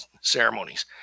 ceremonies